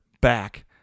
back